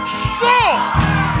strong